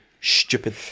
stupid